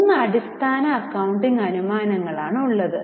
3 അടിസ്ഥാന അക്കൌണ്ടിംഗ് അനുമാനങ്ങൾ ആണ് ഉള്ളത്